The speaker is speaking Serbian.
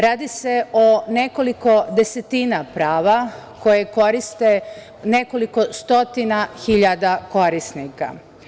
Radi se o nekoliko desetina prava koje koriste nekoliko stotina hiljada korisnika.